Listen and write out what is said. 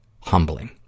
Humbling